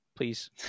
Please